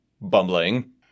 bumbling